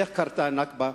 איך קרתה ה"נכבה"?